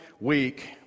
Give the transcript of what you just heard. week